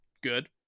good